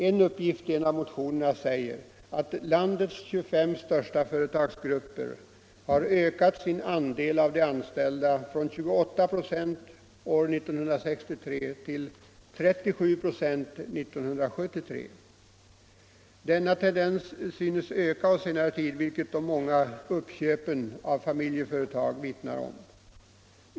En uppgift i en av motionerna säger att landets 25 största företagsgrupper har ökat sin andel av de anställda från 28 96 år 1963 till 37 96 år 1973. Denna tendens synes ha förstärkts under senare tid, vilket de många uppköpen av familjeföretag vittnar om.